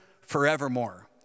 forevermore